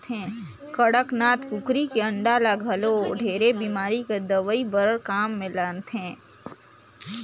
कड़कनाथ कुकरी के अंडा ल घलो ढेरे बेमारी कर दवई बर काम मे लानथे